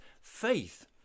faith